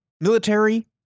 military